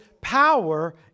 power